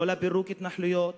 לא לפירוק התנחלויות,